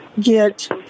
get